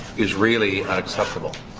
is really unacceptable.